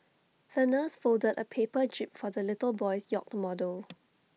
the nurse folded A paper jib for the little boy's yacht model